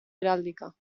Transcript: heráldica